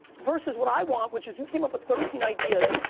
versus what i want, which is who came up with thirteen ideas.